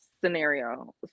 scenario